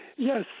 Yes